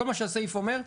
כל מה שהסעיף אומר,